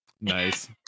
nice